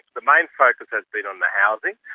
the main focus has been on the housing,